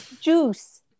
Juice